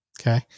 Okay